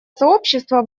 сообщества